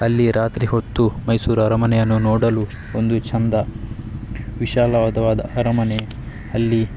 ಅಲ್ಲಿ ರಾತ್ರಿ ಹೊತ್ತು ಮೈಸೂರು ಅರಮನೆಯನ್ನು ನೋಡಲು ಒಂದು ಚೆಂದ ವಿಶಾಲವಾದವಾದ ಅರಮನೆ ಅಲ್ಲಿ